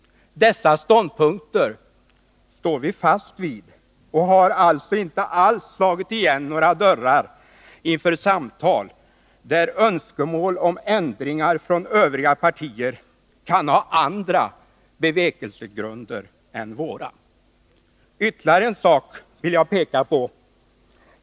Dessa ståndpunkter står vi fast vid. Vi har alltså inte alls slagit igen några dörrar inför samtal, där önskemål om ändringar från övriga partier kan ha andra bevekelsegrunder än våra. Ytterligare en sak vill jag peka på.